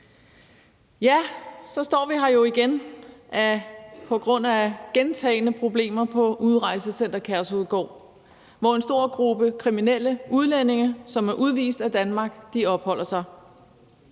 Ja, så står vi her jo igen på grund af gentagne problemer på Udrejsecenter Kærshovedgård, hvor en stor gruppe kriminelle udlændinge, som er udvist af Danmark, opholder sig.